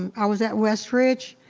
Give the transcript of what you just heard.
um i was at westridge.